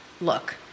look